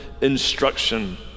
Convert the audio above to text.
instruction